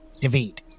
David